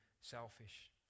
selfish